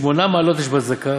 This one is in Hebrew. הנה: "שמונה מעלות יש בצדקה,